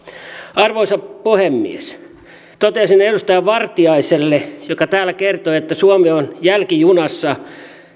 arvoisa puhemies toteaisin edustaja vartiaiselle joka täällä kertoi että suomi on jälkijunassa